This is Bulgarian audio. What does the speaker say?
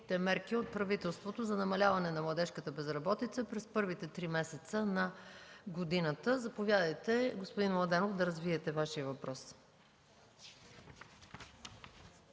мерки от правителството за намаляване на младежката безработица през първите три месеца на годината. Заповядайте да развиете Вашия въпрос,